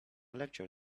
lecture